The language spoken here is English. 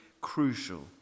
crucial